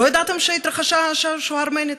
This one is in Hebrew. לא ידעתם שהתרחשה שואה ארמנית?